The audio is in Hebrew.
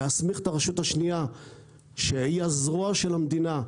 להסמיך את הרשות השנייה שהיא הזרוע של המדינה,